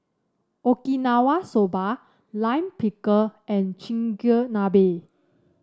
Okinawa Soba Lime Pickle and Chigenabe